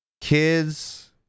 kids